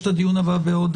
הישיבה ננעלה בשעה